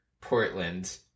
Portland